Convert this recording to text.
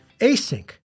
Async